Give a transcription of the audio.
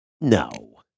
No